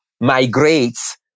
migrates